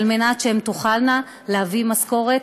על מנת שהן תוכלנה להביא משכורת,